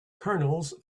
kernels